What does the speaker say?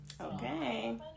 Okay